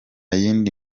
yindi